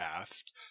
aft